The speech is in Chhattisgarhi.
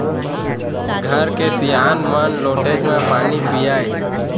घर के सियान मन लोटेच म पानी पियय